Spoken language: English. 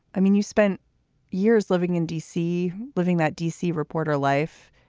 i mean, you spent years living in d c, living that d c. reporter life.